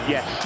Yes